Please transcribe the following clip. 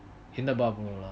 என்னபா போலாம்:ennaba polam